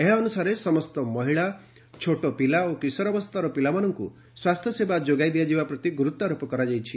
ଏହା ଅନୁସାରେ ସମସ୍ତ ମହିଳା ଛୋଟ ପିଲା ଓ କିଶୋରାବସ୍ଥାର ପିଲାମାନଙ୍କୁ ସ୍ୱାସ୍ଥ୍ୟ ସେବା ସଯୋଗାଇ ଦିଆଯିବା ପ୍ରତି ଗୁରୁତ୍ୱାରୋପ କରାଯାଇଛି